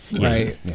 Right